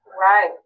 Right